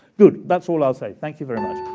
good. that's all i'll say. thank you very much.